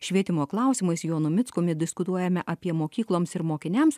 švietimo klausimais jonu mickumi diskutuojame apie mokykloms ir mokiniams